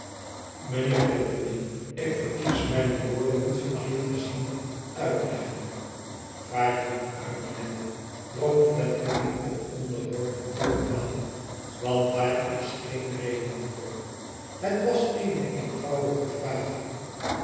mijnheer fledgeby ik verkies mijne woorden niet verkeerd te zien pitleggen vaar niet uit lammie drong fledgeby op onderworpen toon aan want daar is geen reden voor het was eene eenvoudige vraag